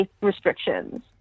restrictions